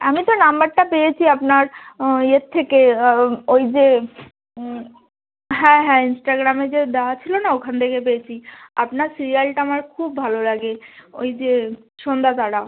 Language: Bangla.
আমি তো নম্বরটা পেয়েছি আপনার ইয়ের থেকে ওই যে হ্যাঁ হ্যাঁ ইন্সটাগ্রামে যে দেওয়া ছিলনা ওখান থেকে পেয়েছি আপনার সিরিয়ালটা আমার খুব ভালো লাগে ওই যে সন্ধ্যাতারা